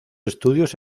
estudios